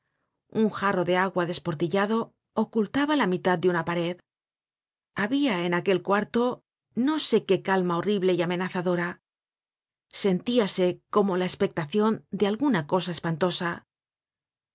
un jarro de agua desportillado ocultaba la mitad de una pared habia en aquel cuarto no sé qué calma horrible y amenazadora sentíase como la espectacion de alguna cosa espantosa